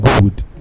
good